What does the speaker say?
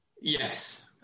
Yes